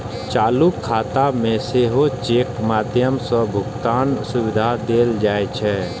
चालू खाता मे सेहो चेकक माध्यम सं भुगतानक सुविधा देल जाइ छै